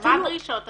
מה דרישות התפקיד?